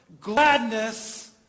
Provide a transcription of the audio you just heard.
gladness